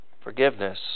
forgiveness